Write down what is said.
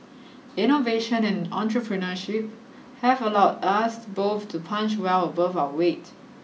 innovation and entrepreneurship have allowed us both to punch well above our weight